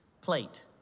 plate